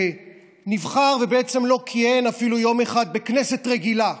שנבחר ובעצם לא כיהן אפילו יום אחד בכנסת רגילה,